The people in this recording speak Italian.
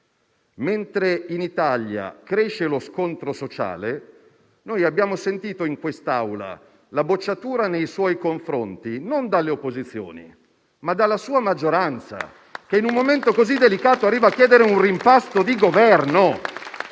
Mentre in Italia cresce lo scontro sociale, abbiamo sentito in quest'Aula la bocciatura nei suoi confronti non dalle opposizioni ma dalla sua maggioranza, che in un momento così delicato arriva a chiedere un rimpasto di Governo.